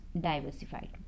diversified